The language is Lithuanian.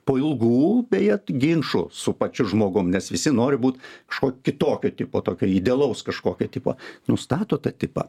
po ilgų beje ginčo su pačiu žmogum nes visi nori būt kažkokio kitokio tipo tokio idealaus kažkokio tipo nustato tą tipą